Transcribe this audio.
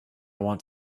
want